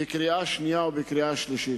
בקריאה שנייה ובקריאה שלישית.